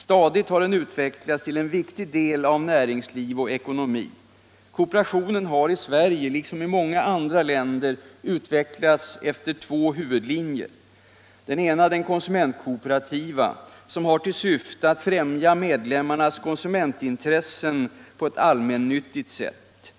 Stadigt har den utvecklats till en viktig del av näringsliv och ekonomi. Kooperationen har i Sverige liksom i många andra länder utvecklats efter två huvudlinjer. Den ena är den konsumentkooperativa, som har till syfte att främja medlemmarnas konsumentintressen på ett allmännyttigt sätt.